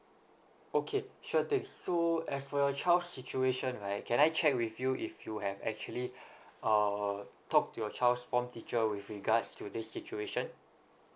okay sure thing so as for your child's situation right can I check with you if you have actually uh talk to your child's form teacher with regards to this situation